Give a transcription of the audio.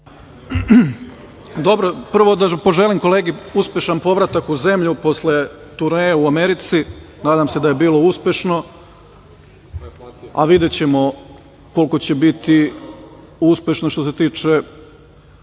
Dobro. Prvo da poželim kolegi uspešan povratak u zemlju posle turneje u Americi, nadam se da je bilo uspešno, a videćemo koliko će biti uspešno što se tiče